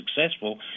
successful